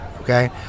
okay